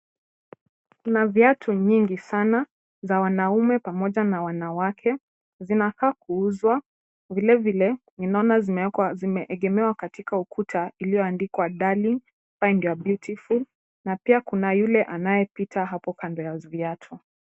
Kuna viatu vingi sana vya wanaume pamoja na wanawake. Vinakaa kuuzwa, vilevile ninaona vimeegemezwa katika ukuta ulioandikwa Darling find your beautiful , na pia kuna yule anayepita kando ya viatu.